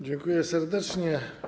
Dziękuję serdecznie.